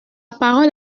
parole